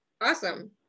awesome